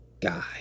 guy